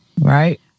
Right